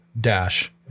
dash